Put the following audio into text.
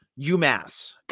UMass